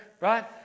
Right